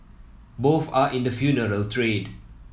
both are in the funeral trade